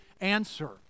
answer